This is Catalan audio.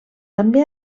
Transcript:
també